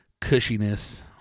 cushiness